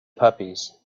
puppies